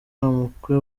umukwe